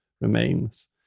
remains